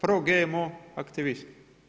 Pro GMO aktivist.